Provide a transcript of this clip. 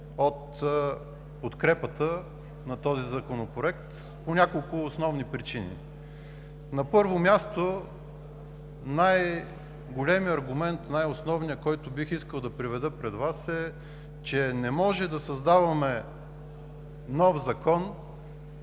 от подкрепата на този законопроект по няколко основни причини. На първо място, най-големият аргумент, най-основният, който бих искал да приведа пред Вас, е, че не може да създаваме нов закон,